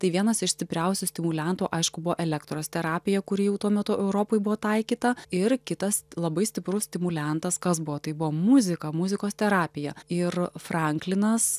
tai vienas iš stipriausių stimuliantų aišku buo elektros terapija kuri jau tuo metu europoj buvo taikyta ir kitas labai stiprus stimuliantas kas buvo tai buvo muzika muzikos terapija ir franklinas